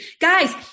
Guys